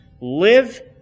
live